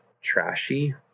trashy